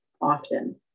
often